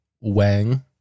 Wang